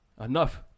Enough